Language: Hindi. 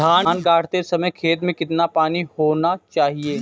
धान गाड़ते समय खेत में कितना पानी होना चाहिए?